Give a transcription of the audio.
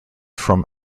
from